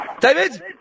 David